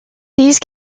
these